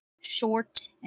short